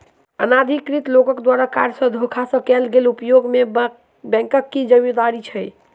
अनाधिकृत लोकक द्वारा कार्ड केँ धोखा सँ कैल गेल उपयोग मे बैंकक की जिम्मेवारी छैक?